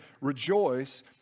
rejoice